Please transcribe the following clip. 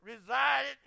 resided